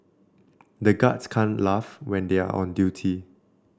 the guards can't laugh when they are on duty